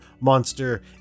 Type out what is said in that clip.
monster